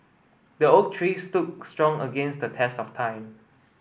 the oak tree stood strong against the test of time